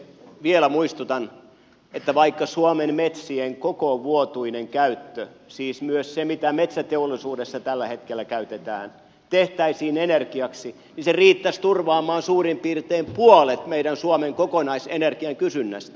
vielä muistutan että vaikka suomen metsien kokovuotuinen käyttö siis myös se mitä metsäteollisuudessa tällä hetkellä käytetään tehtäisiin energiaksi niin se riittäisi turvaamaan suurin piirtein puolet meidän suomen kokonaisenergian kysynnästä